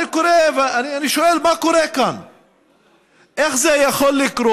אני שואל: מה קורה